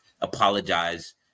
apologize